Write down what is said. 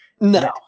No